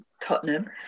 Tottenham